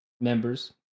members